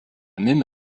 même